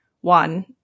One